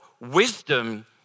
wisdom